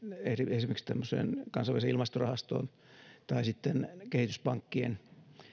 esimerkiksi tämmöiseen kansainväliseen ilmastorahastoon tai sitten kehityspankkien